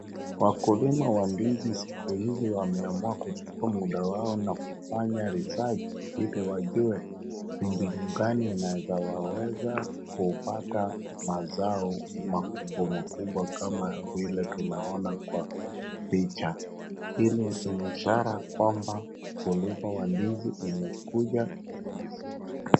wakulima wa ndizi siku hizi nwameamua kuchukua muda wao na kufanya research ili wajue ni mbinu gani inaeza waweza kupata mazao makubwa makubwa kama vile tunaona kwa picha. Hii ni ishara kwamba ukulima wa ndizi imekuja vizuri.